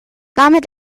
damit